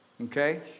Okay